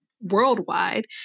worldwide